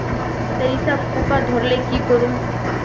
सरिसा पूका धोर ले की करूम?